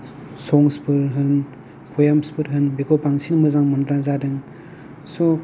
संसफोर होन पवेम्सफोर होन बेखौ बांसिन मोजां मोनग्रा जादों स